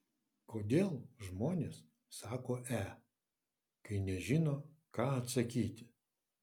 kodėl žmonės sako e kai nežino ką atsakyti